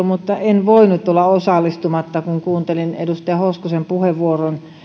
mutta en voinut olla osallistumatta kun kuuntelin edustaja hoskosen puheenvuoron